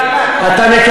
אילן,